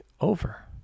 over